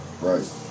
Right